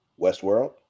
Westworld